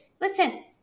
Listen